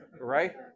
right